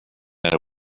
are